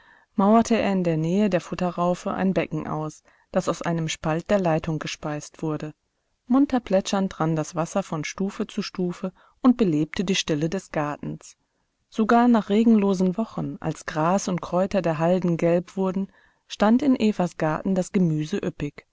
mauerte er in der nähe der futterraufe ein becken aus das aus einem spalt der leitung gespeist wurde munter plätschernd rann das wasser von stufe zu stufe und belebte die stille des gartens sogar nach regenlosen wochen als gras und kräuter der halden gelb wurden stand in evas garten das gemüse